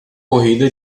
corrida